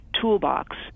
toolbox